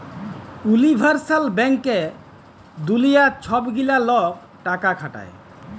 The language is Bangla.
উলিভার্সাল ব্যাংকে দুলিয়ার ছব গিলা লক টাকা খাটায়